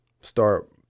start